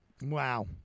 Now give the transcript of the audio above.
wow